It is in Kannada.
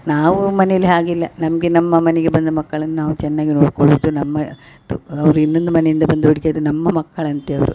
ನಾವು ಮನೇಲಿ ಹಾಗಿಲ್ಲ ನಮಗೆ ನಮ್ಮ ಮನೆಗೆ ಬಂದ ಮಕ್ಕಳನ್ನ ನಾವು ಚೆನ್ನಾಗಿ ನೋಡ್ಕೊಳ್ಳುದು ನಮ್ಮ ತು ಅವರು ಇನ್ನೊಂದು ಮನೆಯಿಂದ ಬಂದ ಹುಡ್ಗೀರು ನಮ್ಮ ಮಕ್ಕಳಂತೆ ಅವರು